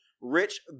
rich